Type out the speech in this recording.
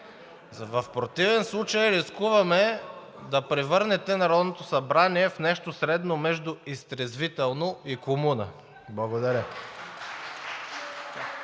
В противен случай рискуваме да превърнете Народното събрание в нещо средно между изтрезвително и комуна. Благодаря.